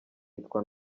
yitwa